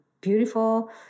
beautiful